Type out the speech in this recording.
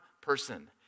person